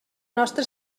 nostra